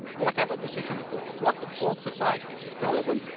whatever decision the courts, what the courts decide is irrelevant.